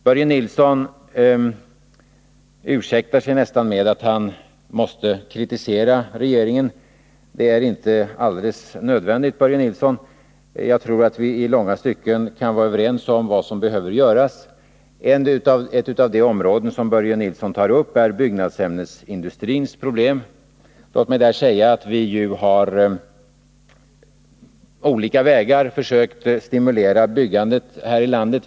Börje Nilsson bad nästan om ursäkt för att han måste kritisera regeringen. Det är inte alldeles nödvändigt, Börje Nilsson. Jag tror att vi i långa stycken kan vara överens om vad som behöver göras. Ett av de områden som Börje Nilsson tar upp är byggnadsämnesindustrins problem, och jag vill säga att vi på olika vägar har försökt stimulera byggandet här i landet.